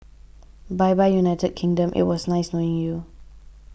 bye bye United Kingdom it was nice knowing you